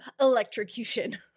electrocution